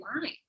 line